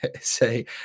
say